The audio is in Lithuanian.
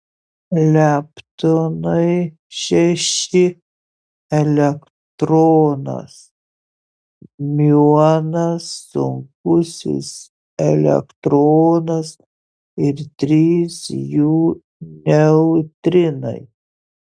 leptonai šeši elektronas miuonas sunkusis elektronas ir trys jų neutrinai